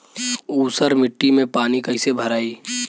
ऊसर मिट्टी में पानी कईसे भराई?